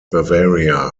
bavaria